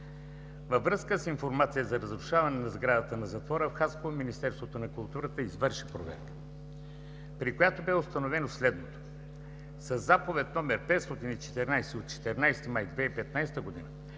Във връзка с информация за разрушаване на сградата на затвора в Хасково Министерството на културата извърши проверка, при която бе установено следното. Със заповед № 514 от 14 май 2015 г.